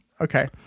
Okay